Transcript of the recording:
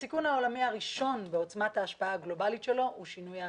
הסיכון העולמי הראשון בעוצמת ההשפעה הגלובלית שלו הוא שינוי האקלים.